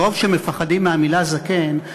מרוב שמפחדים מהמילה זקן,